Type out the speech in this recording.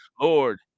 Lord